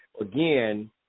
again